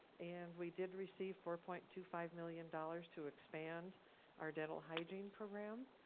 and we did receive four point two five million dollars to expand our dental hygiene program.